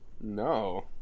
No